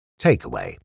Takeaway